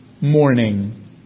morning